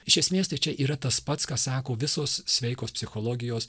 iš esmės tai čia yra tas pats ką sako visos sveikos psichologijos